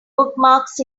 bookmarks